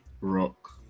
rock